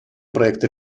проекта